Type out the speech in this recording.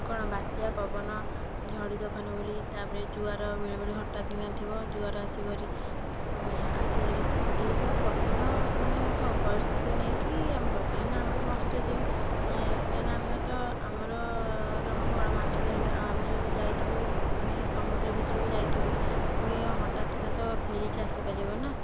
କ'ଣ ବାତ୍ୟା ପବନ ଝଡ଼ିତୋଫାନ ଭଳି ତା'ପରେ ଜୁଆର ବେଳେବେଳେ ହଠାତ୍ କିନା ଥିବ ଜୁଆର ଆସିବ ହେରି ଆସେ ହେରି ଏହି ସବୁ କଠିନ ମାନେ କ'ଣ ପରିସ୍ଥିତିକୁ ନେଇକି ଆମେ ରହୁ କାହିଁକି ନା ଆମେ ମତ୍ସ୍ୟଜୀବୀ ଏ କାହିଁକି ନା ଆମେ ତ ଆମର କାମ କ'ଣ ମାଛ ଧରିବା ଆଉ ଆମେ ଯଦି ଯାଇଥିବୁ ମାନେ ସମୁଦ୍ର ଭିତରକୁ ଯାଇଥିବୁ ପୁଣି ହଠାତ୍ କିନା ତ ଫେରିକି ଆସିପାରିବାନି ନା